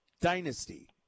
dynasty